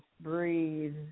breathe